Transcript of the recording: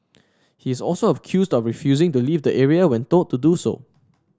he is also accused of refusing to leave the area when told do so